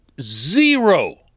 zero